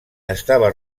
estava